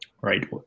right